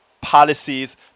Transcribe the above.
policies